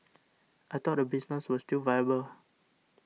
I thought the business was still viable